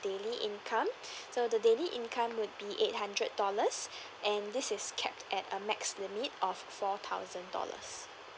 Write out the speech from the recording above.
daily income so the daily income would be eight hundred dollars and this is capped at a max limit of four thousand dollars